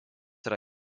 yra